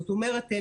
זאת אומרת,